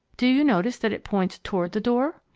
do you notice that it points toward the door?